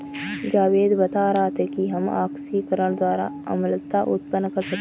जावेद बता रहा था कि हम ऑक्सीकरण द्वारा अम्लता उत्पन्न कर सकते हैं